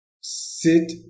sit